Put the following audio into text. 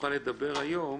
יוכל לדבר היום